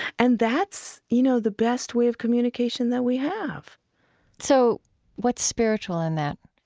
and that's, you know, the best way of communication that we have so what's spiritual in that?